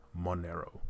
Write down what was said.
Monero